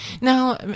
Now